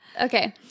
okay